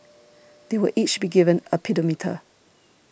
they will each be given a pedometer